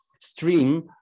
stream